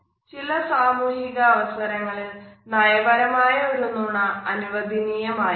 ചില സാമൂഹിക അവസരങ്ങളിൽ നയപരമായ ഒരു നുണ അനുവദനീയമായേക്കാം